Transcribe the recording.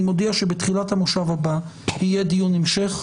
אני מודיע שבתחילת המושב הבא יהיה דיון המשך,